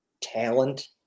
talent